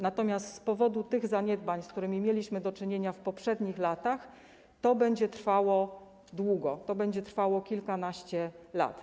Natomiast z powodu tych zaniedbań, z którymi mieliśmy do czynienia w poprzednich latach, to będzie trwało długo, to będzie trwało kilkanaście lat.